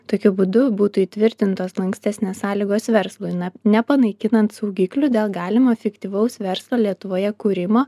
tokiu būdu būtų įtvirtintos lankstesnės sąlygos verslui nepanaikinant saugiklių dėl galimo fiktyvaus verslo lietuvoje kūrimo